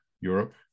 Europe